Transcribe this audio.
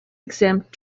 exempt